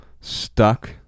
stuck